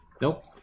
Nope